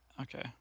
Okay